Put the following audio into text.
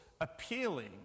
appealing